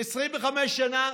25 שנה?